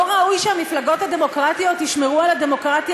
לא ראוי שהמפלגות הדמוקרטיות ישמרו על הדמוקרטיה